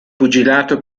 pugilato